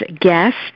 guest